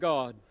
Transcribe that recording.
God